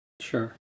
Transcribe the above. Sure